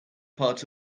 part